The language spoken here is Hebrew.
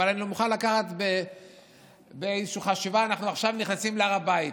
אבל אני מוכן לקחת בחשיבה שעכשיו אנחנו נכנסים להר הבית.